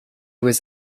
was